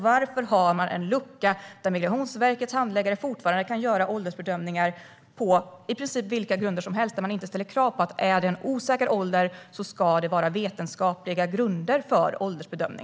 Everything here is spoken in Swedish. Varför har man en lucka där Migrationsverkets handläggare fortfarande kan göra åldersbedömningar på i princip vilka grunder som helst och där man inte ställer krav på vetenskapliga grunder för åldersbedömningen om det finns osäkerhet om åldern?